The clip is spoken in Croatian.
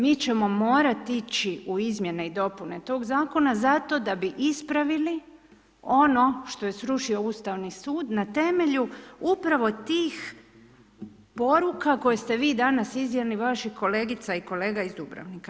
Mi ćemo morati ići u izmjene i dopune tog zakona, zato da bi ispravili ono što je srušio Ustavni sud, na temelju upravo tih poruka, koje ste vi danas iznijeli, vaših kolegica i kolega iz Dubrovnika.